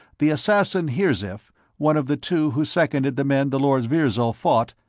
the assassin hirzif, one of the two who seconded the men the lord virzal fought,